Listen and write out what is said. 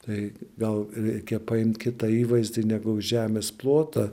tai gal reikia paimt kitą įvaizdį negu žemės plotą